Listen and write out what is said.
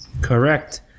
Correct